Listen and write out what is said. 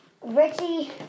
Richie